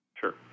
Sure